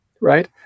right